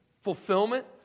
fulfillment